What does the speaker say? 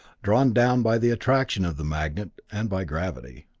drawn down by the attraction of the magnet and by gravity.